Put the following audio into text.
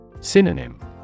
Synonym